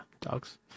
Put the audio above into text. dogs